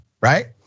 right